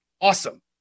awesome